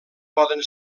poden